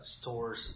stores